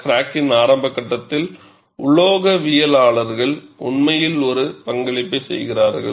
கிராக்கின் ஆரம்பக்கட்டத்தில் உலோகவியலாளர்கள் உண்மையில் ஒரு பங்களிப்பை செய்கிறார்கள்